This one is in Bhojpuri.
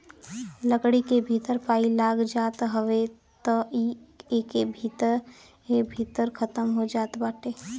लकड़ी के भीतर पाई लाग जात हवे त इ एके भीतरे भीतर खतम हो जात बाटे